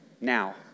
now